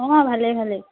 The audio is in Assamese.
অঁ ভালেই ভালেই